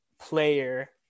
player